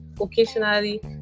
occasionally